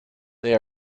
they